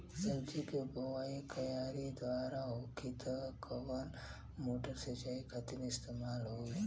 सब्जी के बोवाई क्यारी दार होखि त कवन मोटर सिंचाई खातिर इस्तेमाल होई?